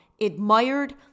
admired